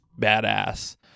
badass